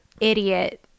idiot